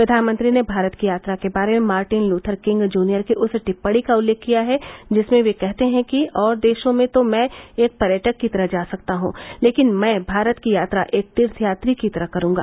प्रधानमंत्री ने भारत की यात्रा के बारे में मार्टिन लूथर किंग जूनियर की उस टिप्पणी का उल्लेख किया है जिसमें वे कहते हैं कि और देशों में तो मैं एक पर्यटक की तरह जा सकता हूं लेकिन मैं भारत की यात्रा एक तीर्थयात्री की तरह करूगा